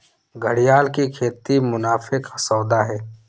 घड़ियाल की खेती मुनाफे का सौदा है